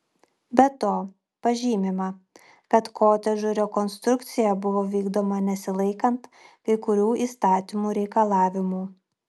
be to pažymima kad kotedžų rekonstrukcija buvo vykdoma nesilaikant kai kurių įstatymų reikalavimų